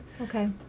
Okay